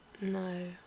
No